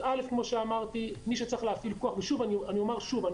אני אומר שוב,